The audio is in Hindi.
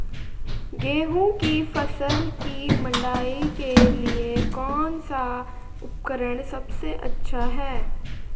गेहूँ की फसल की मड़ाई के लिए कौन सा उपकरण सबसे अच्छा है?